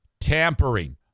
tampering